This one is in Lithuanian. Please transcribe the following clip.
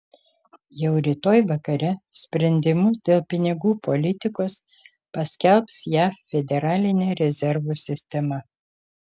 jau rytoj vakare sprendimus dėl pinigų politikos paskelbs jav federalinė rezervų sistema